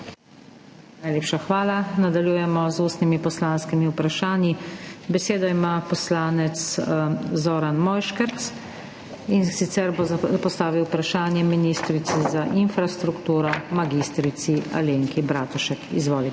Najlepša hvala. Nadaljujemo z ustnimi poslanskimi vprašanji. Besedo ima poslanec Zoran Mojškerc, in sicer bo postavil vprašanje ministrici za infrastrukturo mag. Alenki Bratušek. Izvolite.